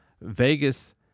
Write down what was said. Vegas